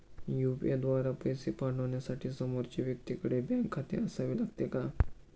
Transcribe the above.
UPI द्वारा पैसे पाठवण्यासाठी समोरच्या व्यक्तीकडे बँक खाते असावे लागते का?